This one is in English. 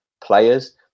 players